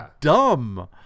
dumb